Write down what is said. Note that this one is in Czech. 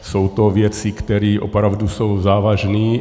Jsou to věci, které opravdu jsou závažné.